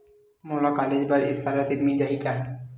मोला कॉलेज बर स्कालर्शिप मिल जाही का?